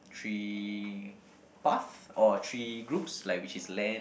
three path or three groups like which is land